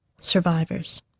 survivors